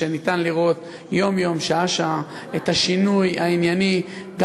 שניתן לראות יום-יום שעה-שעה את השינוי הענייני גם